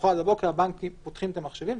למוחרת בבוקר הבנקים פותחים את המחשבים,